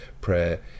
prayer